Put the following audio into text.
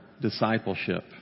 discipleship